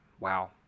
Wow